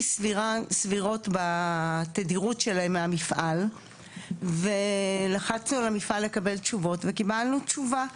סבירות בתדירות שלהם מהמפעל ולחצנו על המפעל לקבל תשובות וקיבלנו תשובה,